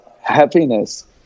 happiness